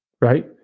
right